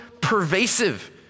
pervasive